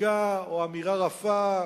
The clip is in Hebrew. שתיקה או אמירה רפה.